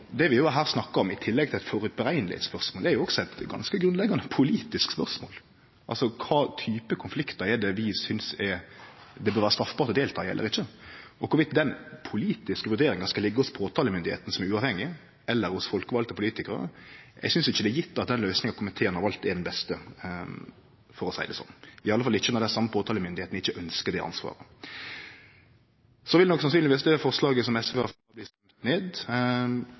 det er eit spørsmål om førehandsvurdering – er eit ganske grunnleggjande politisk spørsmål, altså kva type konfliktar vi synest det bør vere straffbart å delta i eller ikkje, og om den politiske vurderinga skal liggje hos påtalemyndigheita, som er uavhengig, eller hos folkevalde politikarar. Eg synest ikkje det er gjeve at den løysinga komiteen har valt, er den beste, for å seie det sånn, iallfall ikkje når den same påtalemyndigheita ikkje ønskjer det ansvaret. Så vil nok sannsynlegvis det forslaget som SV har kome med, bli stemt ned